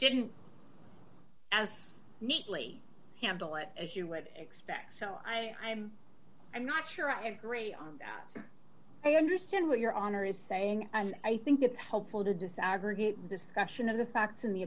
didn't as neatly handle it as you would expect so i am i'm not sure i agree i understand what your honor is saying and i think it's helpful to desegregate discussion of the facts in the